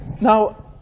Now